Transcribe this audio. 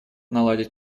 наладить